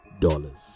dollars